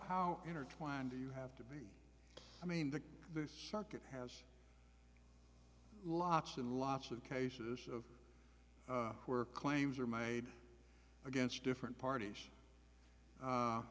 how intertwined do you have to be i mean the circuit has lots and lots of cases of where claims are made against different parties